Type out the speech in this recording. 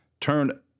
turn